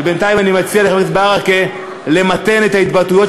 ובינתיים אני מציע לחבר הכנסת ברכה למתן את ההתבטאויות